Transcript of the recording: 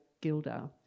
Gilda